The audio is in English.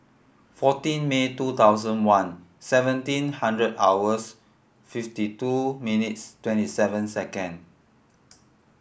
fourteen May two thousand one seventeen hundred hours fifty two minutes twenty seven second